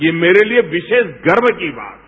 ये मेरे लिए विशेष गर्व की बात है